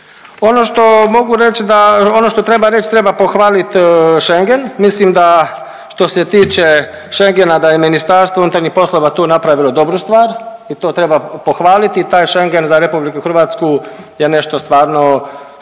ono što treba reć treba pohvalit Schengen, mislim da što se tiče Schengena da je MUP tu napravilo dobru stvar i to treba pohvaliti i taj Schengen za RH je nešto stvarno što